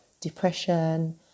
depression